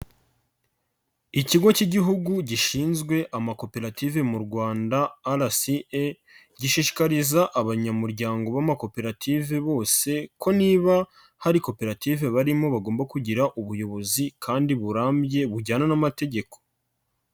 Ikigo cy'Igihugu gishinzwe amakoperative mu Rwanda RCA, gishishikariza abanyamuryango b'amakoperative bose ko niba hari koperative barimo, bagomba kugira ubuyobozi kandi burambye bujyana n'amategeko.